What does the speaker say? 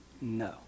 No